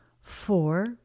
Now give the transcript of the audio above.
four